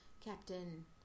Captain